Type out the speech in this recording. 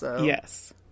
Yes